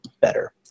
better